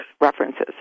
references